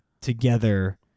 Together